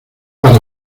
para